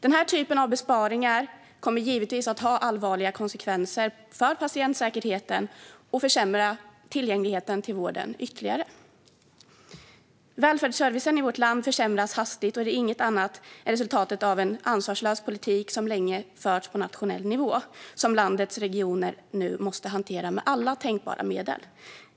Den här typen av besparingar kommer givetvis att få allvarliga konsekvenser för patientsäkerheten och försämra tillgängligheten till vården ytterligare. Välfärdsservicen i vårt land försämras hastigt, och det är inget annat än resultatet av en ansvarslös politik som länge har förts på nationell nivå och som landets regioner nu måste hantera med alla tänkbara medel.